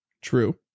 True